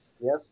Yes